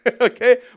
okay